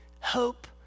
hope